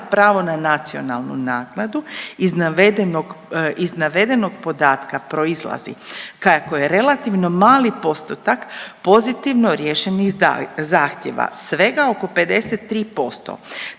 pravo na nacionalnu naknadu. Iz navedenog, iz navedenog podatka proizlazi kako je relativno mali postotak pozitivno riješenih zahtijeva, svega oko 53%